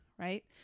Right